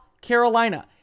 Carolina